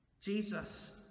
jesus